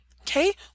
Okay